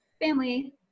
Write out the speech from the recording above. family